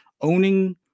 owning